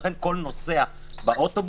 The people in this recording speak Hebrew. לכן כל נוסע באוטובוס,